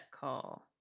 Call